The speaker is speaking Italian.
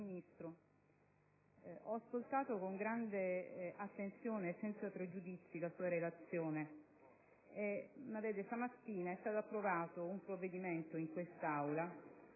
Signor Ministro, ho ascoltato con grande attenzione e senza pregiudizi la sua Relazione, ma, vede, questa mattina è stato approvato un provvedimento in quest'Aula